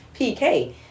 PK